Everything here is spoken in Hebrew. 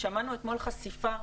שמענו אתמול "חשיפה",